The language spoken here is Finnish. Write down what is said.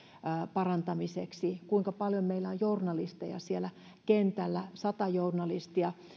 parantamiseksi se kuinka paljon meillä on journalisteja siellä kentällä sata journalistia